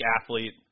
athlete